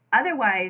otherwise